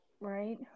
Right